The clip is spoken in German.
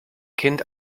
kind